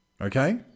Okay